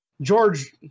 George